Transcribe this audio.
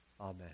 Amen